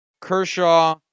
Kershaw